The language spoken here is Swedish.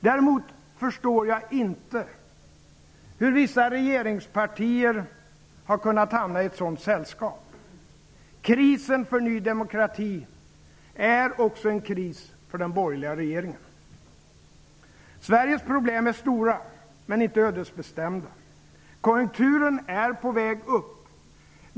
Däremot förstår jag inte hur vissa regeringspartier har kunnat hamna i ett sådant sällskap. Krisen för Ny demokrati är också en kris för den borgerliga regeringen. Sveriges problem är stora, men inte ödesbestämda. Konjunkturen är på väg upp.